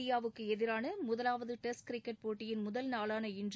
இந்தியாவுக்கு எதிரான முதவாவது டெஸ்ட் கிரிக்கெட் போட்டியின் முதல் நாளான இன்று